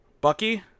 Bucky